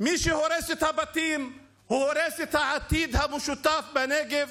מי שהורס את הבתים הורס את העתיד המשותף בנגב,